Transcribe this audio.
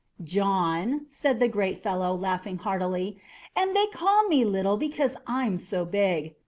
john, said the great fellow, laughing heartily and they call me little because i'm so big.